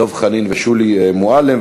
דב חנין ושולי מועלם,